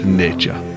nature